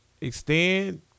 extend